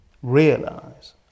Realize